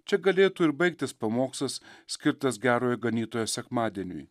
čia galėtų ir baigtis pamokslas skirtas gerojo ganytojo sekmadieniui